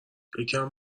یکم